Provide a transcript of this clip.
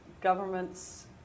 governments